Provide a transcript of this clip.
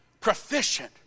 proficient